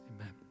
Amen